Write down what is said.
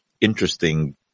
interesting